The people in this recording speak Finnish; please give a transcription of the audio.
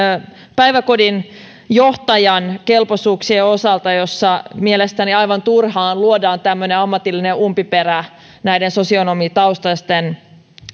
päiväkodin johtajan kelpoisuuden osalta ja jossa mielestäni aivan turhaan luodaan tämmöinen ammatillinen umpiperä näiden sosionomitaustaisten